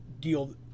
deal